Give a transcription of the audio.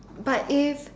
but if